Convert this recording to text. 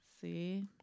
see